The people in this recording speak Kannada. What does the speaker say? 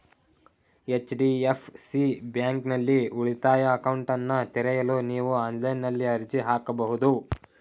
ಎಚ್.ಡಿ.ಎಫ್.ಸಿ ಬ್ಯಾಂಕ್ನಲ್ಲಿ ಉಳಿತಾಯ ಅಕೌಂಟ್ನನ್ನ ತೆರೆಯಲು ನೀವು ಆನ್ಲೈನ್ನಲ್ಲಿ ಅರ್ಜಿ ಹಾಕಬಹುದು